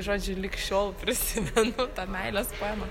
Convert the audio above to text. žodžiu lyg šiol prisimenu tą meilės poemą